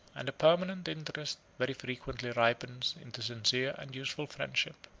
and a permanent interest very frequently ripens into sincere and useful friendship.